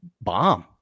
bomb